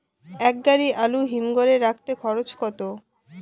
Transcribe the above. এক গাড়ি আলু হিমঘরে রাখতে খরচ কত?